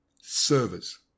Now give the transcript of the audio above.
servers